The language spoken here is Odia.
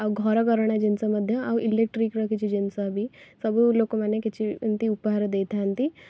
ଆଉ ଘରକରଣା ଜିନିଷ ମଧ୍ୟ ଆଉ ଇଲେକ୍ଟ୍ରିକର କିଛି ଜିନିଷ ବି ସବୁ ଲୋକମାନେ କିଛି ଏମିତି ଉପହାର ଦେଇଥାନ୍ତି